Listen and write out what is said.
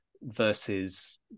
versus